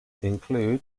include